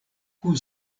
kun